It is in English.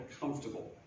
comfortable